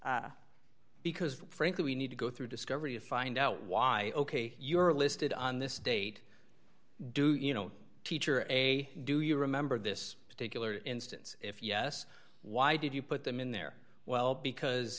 to because frankly we need to go through discovery to find out why ok you're listed on this date do you know teacher a do you remember this particular instance if yes why did you put them in there well because